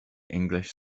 english